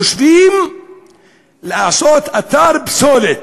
חושבים לעשות אתר פסולת,